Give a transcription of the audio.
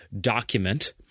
document